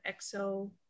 exo